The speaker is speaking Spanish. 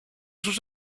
sus